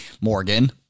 morgan